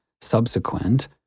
subsequent